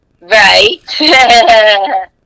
Right